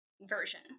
version